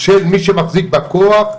של מי שמחזיק בכוח,